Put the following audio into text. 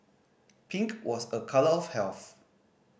pink was a colour of health